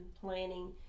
planning